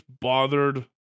bothered